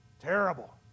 Terrible